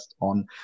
on